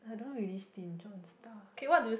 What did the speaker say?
I don't really stinge on stuff